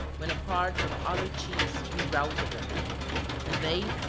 when apart from other chiefs he routed them and they,